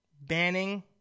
banning